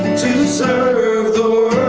to serve the